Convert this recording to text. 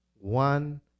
One